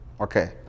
okay